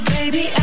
Baby